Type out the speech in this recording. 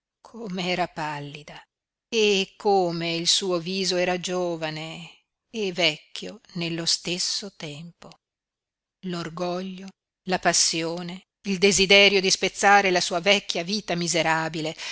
com'era pallida e come il suo viso era giovane e vecchio nello stesso tempo l'orgoglio la passione il desiderio di spezzare la sua vecchia vita miserabile